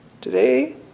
Today